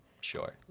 Sure